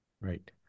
right